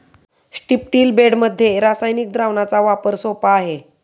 स्ट्रिप्टील बेडमध्ये रासायनिक द्रावणाचा वापर सोपा आहे